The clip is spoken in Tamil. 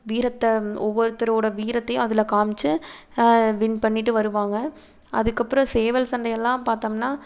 வீரத்தை ஒவ்வொருத்தரோட வீரத்தையும் அதில் காமித்து வின் பண்ணிவிட்டு வருவாங்க அதுக்கு அப்புறம் சேவல் சண்டையெல்லாம் பார்த்தோம்னா